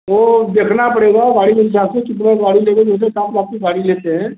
तो अब देखना पड़ेगा गाडी के हिसाब से कितना का गाड़ी लेंगे जैसे सात लाख की गाडी लेंगे